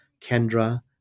Kendra